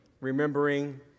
remembering